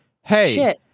hey